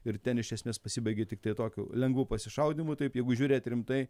ir ten iš esmės pasibaigė tiktai tokiu lengvu pasišaudymu taip jeigu žiūrėt rimtai